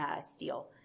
steel